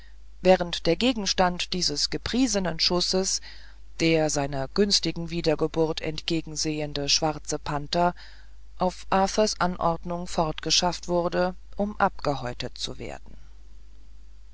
während der gegenstand dieses gepriesenen schusses der seiner günstigen wiedergeburt entgegensehende schwarze panther auf arthurs anordnung fortgeschafft wurde um abgehäutet zu werden